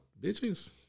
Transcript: bitches